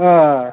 آ